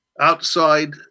outside